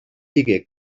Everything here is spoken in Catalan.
digué